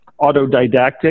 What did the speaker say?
autodidactic